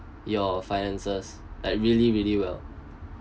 your finances like really really well